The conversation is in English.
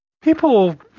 People